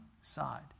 side